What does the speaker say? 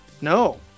No